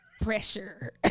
pressure